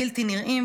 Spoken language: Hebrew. בלתי נראים,